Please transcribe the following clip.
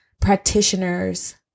practitioners